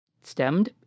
stemmed